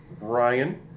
Ryan